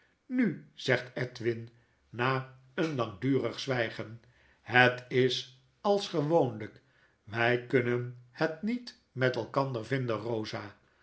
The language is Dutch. nu zegt edwin naeenlangdurigzwygen het is als gewoonlijk wy kunnen het niet met elkander vinden eosa